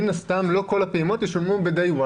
מן הסתם לא כל הפעימות ישולמו יחדיו.